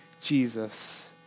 Jesus